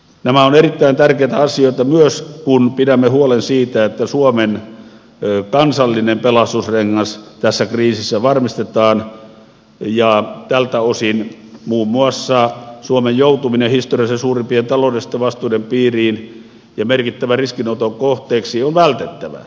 nämä ovat erittäin tärkeitä asioita myös kun pidämme huolen siitä että suomen kansallinen pelastusrengas tässä kriisissä varmistetaan ja tältä osin muun muassa suomen joutuminen historiansa suurimpien taloudellisten vastuiden piiriin ja merkittävän riskinoton kohteeksi on vältettävä